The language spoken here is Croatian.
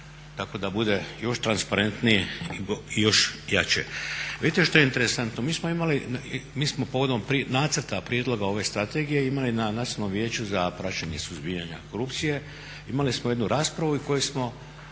tako da bude još transparentnije i još jače. Vidite što je interesantno, mi smo povodom nacrta prijedloga ove strategije imali na Nacionalnom vijeću za praćenje suzbijanja korupcije imali smo jednu raspravu u kojoj smo